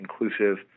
inclusive